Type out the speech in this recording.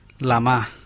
lama